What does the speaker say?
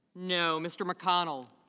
know. mr. mcconnell